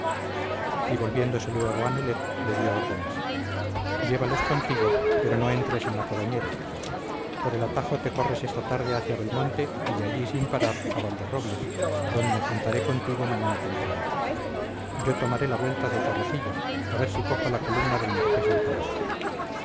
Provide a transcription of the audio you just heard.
y volviéndose luego a nelet le dio órdenes llévales contigo pero no entres en la codoñera por el atajo te corres esta tarde hacia belmonte y de allí sin parar a valderrobles donde me juntaré contigo mañana temprano yo tomaré la vuelta de torrecilla a ver si cojo la columna del marqués del palacio